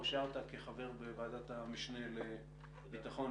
אושרת כחבר בוועדת המשנה לביטחון,